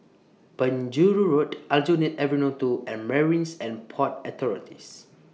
Penjuru Road Aljunied Avenue two and Marines and Port Authorities